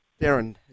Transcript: Darren